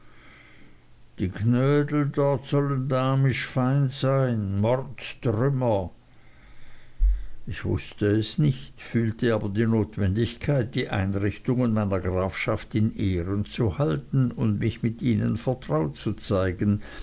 die knödel sollen dort damisch fein sein mordstrümmer ich wußte es nicht fühlte aber die notwendigkeit die einrichtungen meiner grafschaft in ehren zu halten und mich mit ihnen vertraut zu zeigen